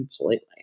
completely